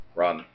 run